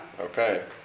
Okay